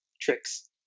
tricks